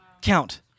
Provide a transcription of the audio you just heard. Count